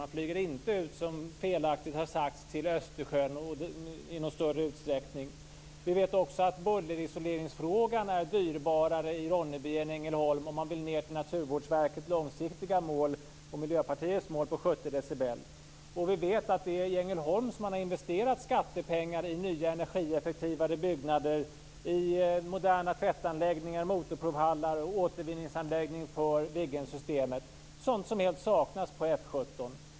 Man flyger inte, som felaktigt har sagts, till Östersjön i någon större utsträckning. Vi vet också att bullerisoleringen är dyrbarare i Ronneby än i Ängelholm, om man vill ned till Naturvårdsverkets och Miljöpartiets långsiktiga mål på 70 decibel. Vi vet att det är i Ängelholm som man har investerat skattepengar i nya energieffektivare byggnader, i moderna tvättanläggningar, motorprovhallar och återvinningsanläggning för Viggensystemet, sådant som helt saknas på F 17.